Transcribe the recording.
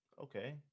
Okay